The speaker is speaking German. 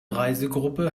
reisegruppe